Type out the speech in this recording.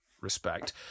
respect